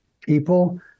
people